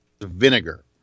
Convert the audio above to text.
Vinegar